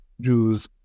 Jews